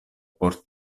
por